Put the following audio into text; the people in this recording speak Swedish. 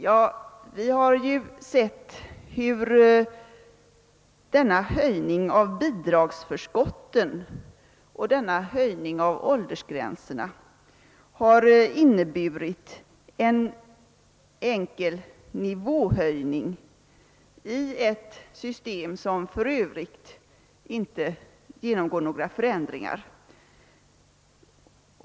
Ja, vi har ju sett hur höjningarna av bidragsförskotten och åldersgränserna har inneburit en enkel nivåhöjning i ett system som för övrigt inte genomgår några förändringar.